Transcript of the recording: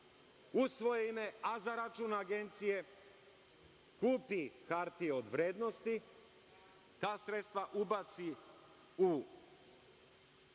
svoje ime, a za račun Agencije kupi hartije od vrednosti, ta sredstva ubaci u,